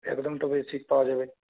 একদম তবেই সিট পাওয়া যাবে